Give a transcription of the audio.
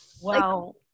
Wow